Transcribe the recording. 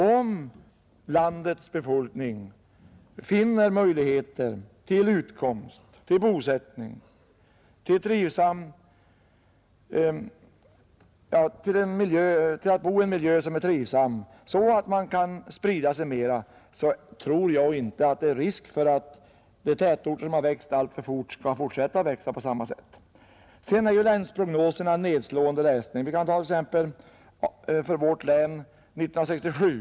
Om landets befolkning finner möjligheter till utkomst, till bosättning i trivsam miljö där man kan sprida sig mera, tror jag inte det föreligger någon risk för att de tätorter, som vuxit alltför snabbt skall fortsätta att växa på samma sätt. Länsprognoserna visar nedslående resultat. Vi kan ta prognosen för vårt län från år 1967.